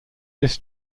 this